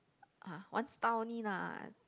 !huh! one star only lah